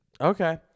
Okay